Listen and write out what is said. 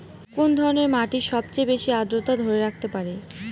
কোন ধরনের মাটি সবচেয়ে বেশি আর্দ্রতা ধরে রাখতে পারে?